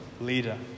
leader